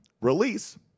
release